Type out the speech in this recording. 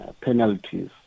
penalties